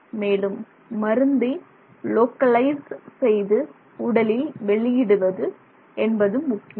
மேலும் மருந்தை லோக்கலைஸ் செய்து உடலில் வெளியிடுவது என்பதும் முக்கியம்